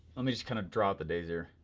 let me just kinda draw out the days here.